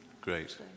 Great